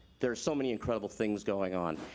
there's so many incredible things going on.